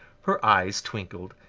her eyes twinkled.